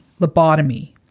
lobotomy